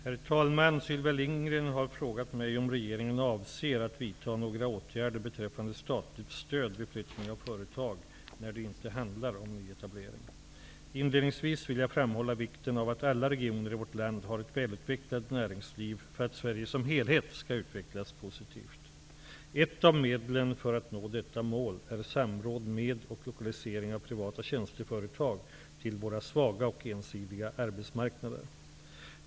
Herr talman! Sylvia Lindgren har frågat mig om regeringen avser att vidta några åtgärder beträffande statligt stöd vid flyttning av företag när det inte handlar om nyetablering. Inledningsvis vill jag framhålla vikten av att alla regioner i vårt land har ett välutvecklat näringsliv för att Sverige som helhet skall kunna utvecklas positivt. Ett av medlen för att nå detta mål är samråd med och lokalisering av privata tjänsteföretag till våra svaga och ensidiga arbetsmarknader.